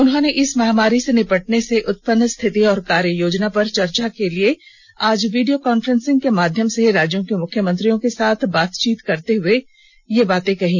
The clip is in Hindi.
उन्होंने इस महामारी से निपटने से उत्पन्न स्थिति और कार्य योजना पर चर्चा के लिए आज वीडियो कांफ्रेंसिंग के माध्यम से राज्यों के मुख्यमंत्रियों के साथ बातचीत करते हए ये बात कही